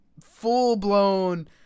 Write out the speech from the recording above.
full-blown